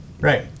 right